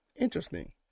Interesting